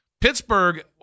Pittsburgh